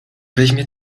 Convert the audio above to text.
weźmie